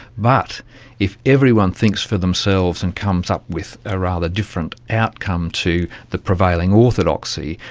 but if everyone thinks for themselves and comes up with a rather different outcome to the prevailing orthodoxy,